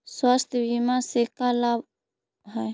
स्वास्थ्य बीमा से का लाभ है?